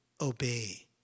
obey